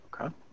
Okay